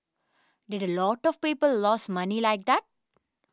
did a lot of people lose money like that